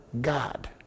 God